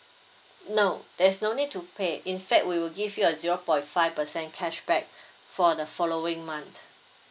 no there's no need to pay in fact we will give you a zero point five percent cashback for the following month